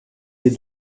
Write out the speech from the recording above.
les